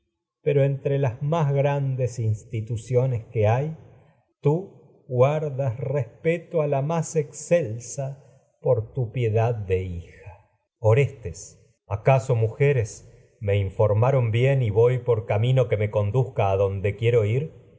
pero entx e grandes instituciones más que hay tú guardas respeto a la excelsa por tu piedad de hija electra orestes acaso mujeres me informaron bien y voy por camino que me conduzca adonde quiero ir